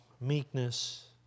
meekness